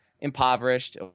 impoverished